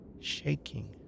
shaking